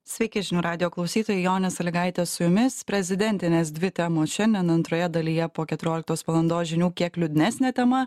sveiki žinių radijo klausytojai jonė sąlygaitė su jumis prezidentinės dvi temos šiandien antroje dalyje po keturioliktos valandos žinių kiek liūdnesnė tema